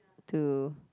to